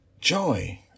Joy